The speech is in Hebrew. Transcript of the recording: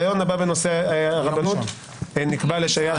בנושא הרבנות נקבע ליום ראשון בשעה